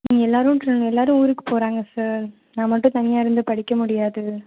இங்கே எல்லாரும் எல்லாரும் ஊருக்கு போகறாங்க சார் நான் மட்டும் தனியாக இருந்து படிக்க முடியாது